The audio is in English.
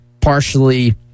partially